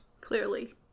Clearly